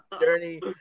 journey